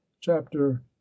chapter